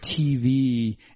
tv